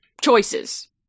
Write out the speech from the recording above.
choices